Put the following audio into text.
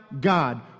God